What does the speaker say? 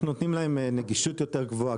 אנחנו נותנים להם נגישות יותר גבוהה,